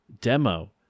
demo